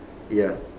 ya